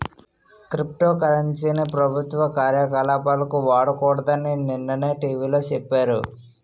crypto currency ని ప్రభుత్వ కార్యకలాపాలకు వాడకూడదని నిన్ననే టీ.వి లో సెప్పారు